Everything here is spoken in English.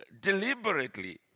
deliberately